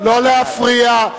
לא להפריע.